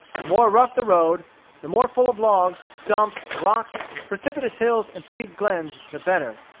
the more rough the road the more full of logs, stumps, rocks, precipitous hills, and steep glens, the better.